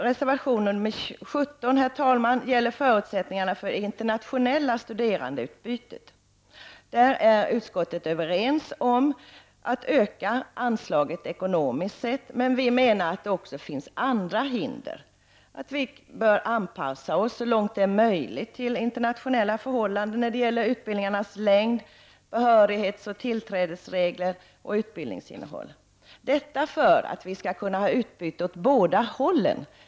Reservation nr 17 gäller förutsättningarna för ett internationellt studerandeutbyte. Där är utskottet överens om att öka anslaget ekonomiskt sett. Men vi menar att det finns även andra hinder. Vi bör anpassa oss så långt det är möjligt till internationella förhållanden när det gäller utbildningarnas längd, behörighetsoch tillträdesregler och utbildningsinnehåll, detta för att vi skall kunna ha utbyte åt båda hållen.